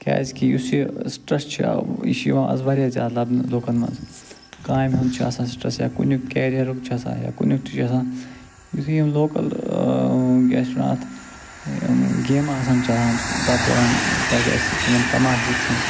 کیٛازِ کہ یُس یہِ سِٹرَس چھِ یہِ چھِ یِوان آز واریاہ زیادٕ لَبنہٕ لُکَن منٛز کامہِ ہُنٛد چھِ آسان سِٹرَس یا کُنِکُھ کٮ۪ریرُک چھِ آسان یا کُنیُک تہِ چھِ آسان یُتھٕے یِم لوکَل کیٛاہ چھِ وَنان اَتھ گیٚمہٕ آسان چلان تَتھ دوران پَزِ اَسہِ تِمَن تماشہٕ وُچھُن